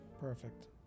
perfect